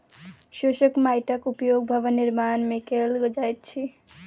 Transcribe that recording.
शुष्क माइटक उपयोग भवन निर्माण मे कयल जाइत अछि